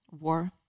war